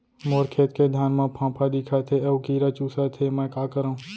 मोर खेत के धान मा फ़ांफां दिखत हे अऊ कीरा चुसत हे मैं का करंव?